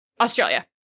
Australia